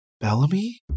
Bellamy